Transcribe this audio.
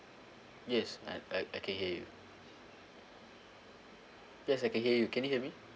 yes I'm I I can hear you yes I can hear you can you hear me